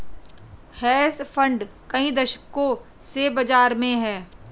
hedge fund कई दशकों से बाज़ार में हैं